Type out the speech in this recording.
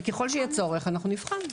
ככל שיהיה צורך אנחנו נבחן,